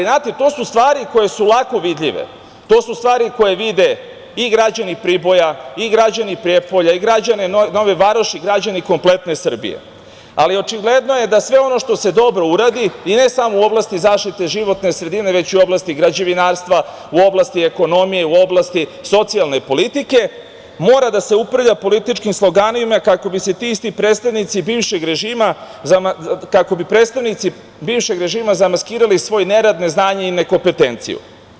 Znate, to su stvari koje su lako vidljive, to su stvari koje vide i građani Priboja i građani Prijepolja i građani Nove Varoši, građani kompletne Srbije, ali očigledno je da sve ono što se dobro uradi i ne samo u oblasti zaštite životne sredine, već i u oblasti građevinarstva u oblasti ekonomije, u oblasti, socijalne politike, mora da se uprlja političkim sloganima kako bi se ti isti predstavnici bivšeg režima zamaskirali svoj nerad, neznanje i nekompetenciju.